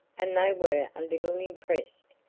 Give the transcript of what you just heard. and they were a little impressed,